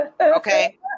Okay